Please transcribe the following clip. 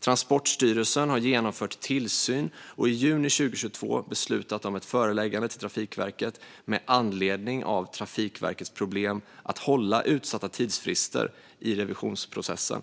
Transportstyrelsen har genomfört tillsyn och i juni 2022 beslutat om ett föreläggande till Trafikverket med anledning av Trafikverkets problem att hålla utsatta tidsfrister i revisionsprocessen.